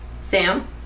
Sam